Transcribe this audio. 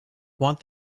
want